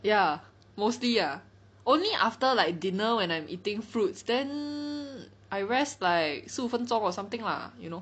ya mostly ah only after like dinner when I'm eating fruits then I rest like 十五数分钟:shi wu fen zhong or something lah you know